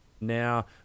now